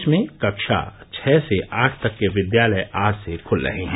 प्रदेश में कक्षा छः से आठ तक के विद्यालय आज से खुल रहे हैं